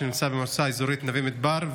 שנמצא במועצה אזורית נווה מדבר.